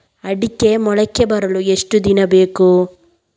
ಅಡಿಕೆ ಮೊಳಕೆ ಬರಲು ಎಷ್ಟು ದಿನ ಬೇಕು?